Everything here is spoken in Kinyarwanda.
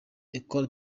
ecole